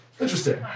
Interesting